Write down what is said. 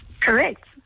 Correct